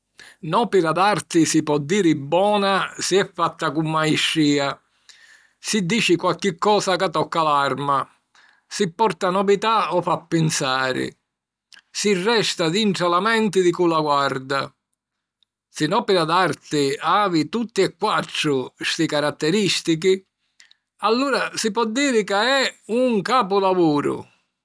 N’òpira d’arti si po diri bona si è fatta cu maistrìa, si dici qualchi cosa ca tocca l’arma, si porta novità o fa pinsari, si resta dintra la menti di cu la guarda. Si n'òpira d'arti havi tutti e quattru sti caratterìstichi, allura si po diri ca è un capulavuru!